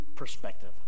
perspective